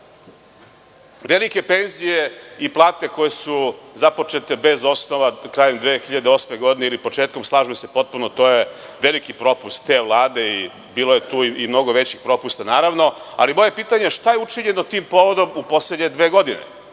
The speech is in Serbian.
vlada? Velike penzije i plate koje su započete bez osnova krajem 2008. ili početkom, slažem se, to je veliki propust te Vlade. Bilo je tu i mnogo većih propusta, ali moje pitanje je – šta je učinjeno tim povodom u poslednje dve godine?